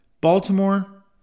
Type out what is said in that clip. Baltimore